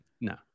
no